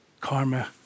karma